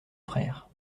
frère